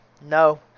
No